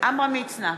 עמרם מצנע,